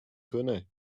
connais